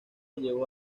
llevó